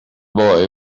boy